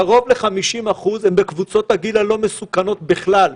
קרוב ל-50% הם בקבוצות הגיל הלא מסוכנות בכלל,